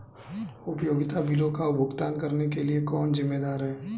उपयोगिता बिलों का भुगतान करने के लिए कौन जिम्मेदार है?